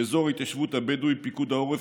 באזור ההתיישבות הבדואית פיקוד העורף